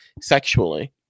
sexually